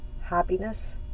happiness